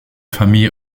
famille